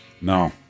No